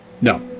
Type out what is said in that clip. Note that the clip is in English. No